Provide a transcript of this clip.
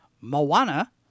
Moana